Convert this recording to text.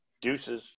deuces